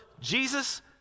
Jesus